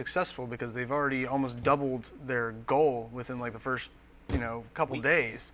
successful because they've already almost doubled their goal within like a first you know couple of days